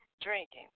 drinking